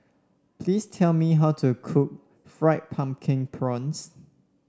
please tell me how to cook Fried Pumpkin Prawns